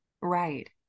Right